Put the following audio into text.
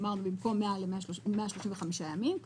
אמרנו שבמקום 100 ל-135 ימים,